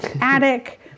attic